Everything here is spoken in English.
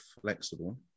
flexible